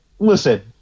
Listen